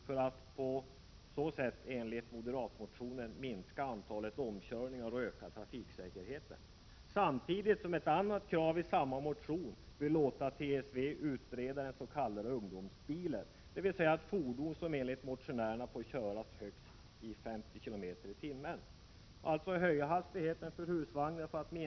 för att på så sätt, enligt moderatmotionen, minska antalet omkörningar och därmed öka trafiksäkerheten, samtidigt som man enligt ett annat krav i samma motion vill låta TSV utreda den s.k. ungdomsbilen, dvs. ett fordon som enligt motionärerna får köras i högst 50 km/tim. Moderaterna vill alltså höja hastigheten för husvagnsekipage för att Prot.